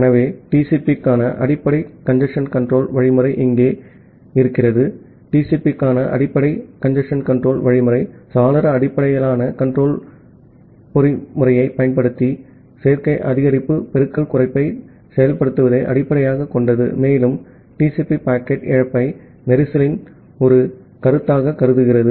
ஆகவே TCP க்கான அடிப்படை கஞ்சேஸ்ன் கன்ட்ரோல் புரோட்டோகால் சாளர அடிப்படையிலான கன்ட்ரோல் பொறிமுறையைப் பயன்படுத்தி சேர்க்கை அதிகரிப்பு பெருக்கல் குறைப்பை செயல்படுத்துவதை அடிப்படையாகக் கொண்டது மேலும் TCP பாக்கெட் இழப்பை கஞ்சேஸ்ன் ஒரு கருத்தாக கருதுகிறது